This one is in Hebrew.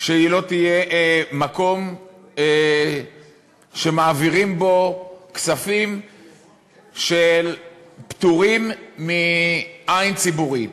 שהיא לא תהיה מקום שמעבירים בו כספים שפטורים מעין ציבורית,